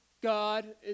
God